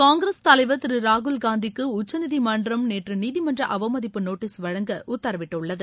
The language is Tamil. காங்கிரஸ் தலைவர் திரு ராகுல்காந்திக்கு உச்சநீதிமன்றம் நேற்று நீதிமன்ற அவமதிப்பு நோட்டீஸ் வழங்க உத்தரவிட்டுள்ளது